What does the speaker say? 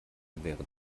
wäre